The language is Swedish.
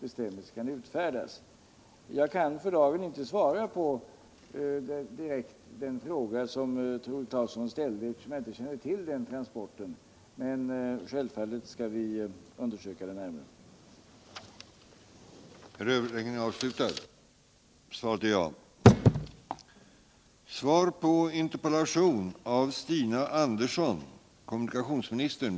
Denna bana har standardfördelar som en ny tunnelbana knappast kan få. Vill man bevara och rusta upp Roslagsbanan får landstingskommunen själv stå för hela kostnaden under det att nybyggnad av tunnelbana skulle berättiga till statsbidrag.